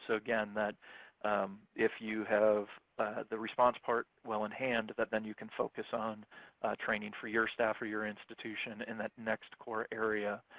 so again, that if you have the response part well in hand, that then you can focus on training for your staff or your institution in that next core area.